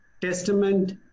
Testament